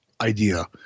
idea